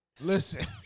listen